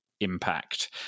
impact